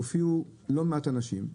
הופיעו לא מעט אנשים,